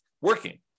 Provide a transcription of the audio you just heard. working